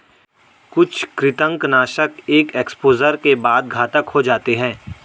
कुछ कृंतकनाशक एक एक्सपोजर के बाद घातक हो जाते है